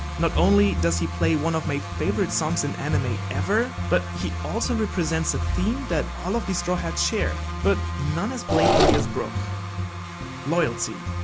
not only does he play one of my favorite songs in anime ever, but he also represents a theme that all of the straw hats share. but none as blatantly as brook loyalty.